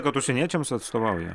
kad užsieniečiams atstovauja